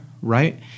right